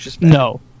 No